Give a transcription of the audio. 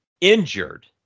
injured